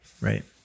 Right